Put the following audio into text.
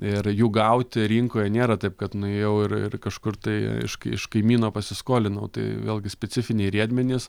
ir jų gauti rinkoje nėra taip kad nuėjau ir ir kažkur tai iš iš kaimyno pasiskolinau tai vėlgi specifiniai riedmenys